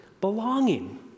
belonging